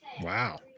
Wow